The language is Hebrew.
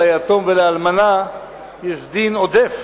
ליתום ולאלמנה יש דין עודף